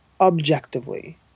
objectively